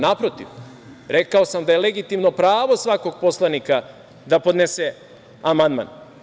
Naprotiv, rekao sam da je legitimno pravo svakog poslanika da podnese amandman.